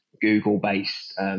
Google-based